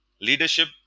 Leadership